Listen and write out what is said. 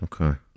Okay